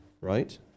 right